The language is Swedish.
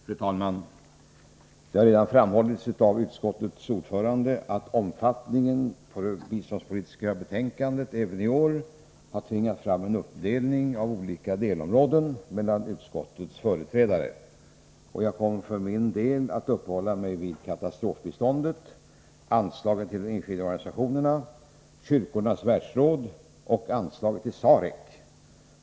Fru talman! Det har redan framhållits av utskottets ordförande att omfattningen av det biståndspolitiska betänkandet även i år har tvingat fram en uppdelning på olika delområden mellan utskottets företrädare. Jag kommer för min del att uppehålla mig vid katastrofbiståndet, anslagen till de enskilda organisationerna, Kyrkornas världsråd och anslaget till SAREC.